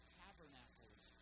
tabernacles